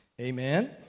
Amen